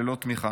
ללא תמיכה.